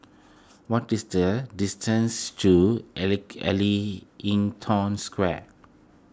what is the distance to Ellington Square